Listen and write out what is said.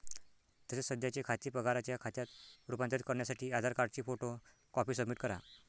तसेच सध्याचे खाते पगाराच्या खात्यात रूपांतरित करण्यासाठी आधार कार्डची फोटो कॉपी सबमिट करा